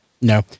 No